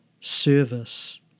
service